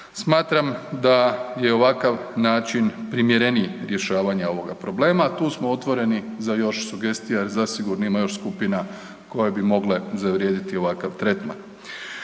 Smatram da je ovakav način primjereniji rješavanja ovoga problema, tu smo otvoreni za još sugestija jer zasigurno ima još skupina koje bi mogle zavrijediti ovakav tretman.